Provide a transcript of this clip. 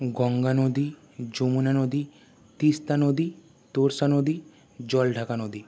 গঙ্গা নদী যমুনা নদী তিস্তা নদী তোর্ষা নদী জলঢাকা নদী